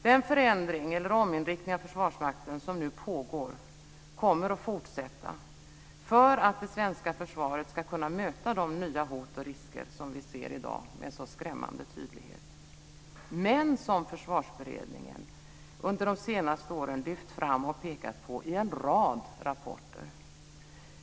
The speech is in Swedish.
Den förändring eller raminriktning av Försvarsmakten som nu pågår kommer att fortsätta för att det svenska försvaret ska kunna möta de nya hot och risker som vi ser i dag med så skrämmande tydlighet, men som Försvarsberedningen under de senaste åren lyft fram och pekat på i en rad rapporter.